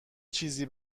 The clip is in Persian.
چیزی